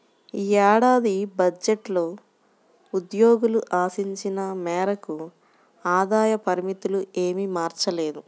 ఈ ఏడాది బడ్జెట్లో ఉద్యోగులు ఆశించిన మేరకు ఆదాయ పరిమితులు ఏమీ మార్చలేదు